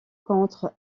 contre